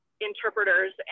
interpreters